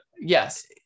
yes